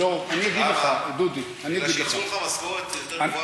למה, מפני שהציעו לך משכורת גבוהה יותר בחוץ?